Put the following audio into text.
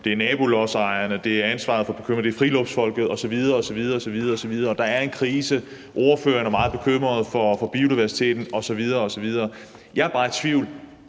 det er nabolodsejerne, det er ansvaret, det er friluftsfolket osv. osv. Der er en krise, og ordføreren er meget bekymret for biodiversiteten osv. osv. Jeg er bare i tvivl: